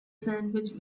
sandwich